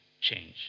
change